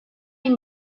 egin